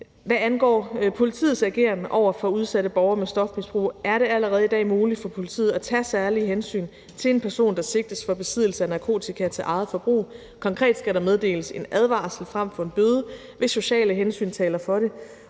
Hvad angår politiets ageren over for udsatte borgere med stofmisbrug, er det allerede i dag muligt for politiet at tage særlige hensyn til en person, der sigtes for besiddelse af narkotika til eget forbrug. Konkret skal der meddeles en advarsel frem for en bøde, hvis sociale hensyn taler for det